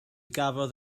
gafodd